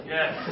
Yes